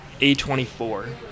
A24